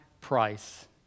price